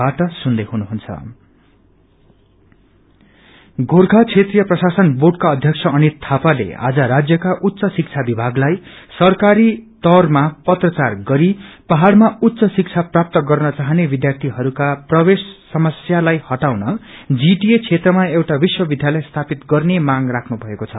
admission Gorkha क्षेत्रिय प्रशासन बोर्डका अध्यक्ष अनित थापाले आज राज्यका उच्च शिक्षा विभागलाई सरकारी तौरमा पत्रचार गरि पहाड़मा उच्च शिक्षा प्राप्त गर्न चाहने विध्यार्थीहरूका प्रवेश समस्यालाई हटाउन जीटीए क्षेत्रमा एउटा विश्व विध्यालय स्थापित गर्ने मांग राख्नु भएको छ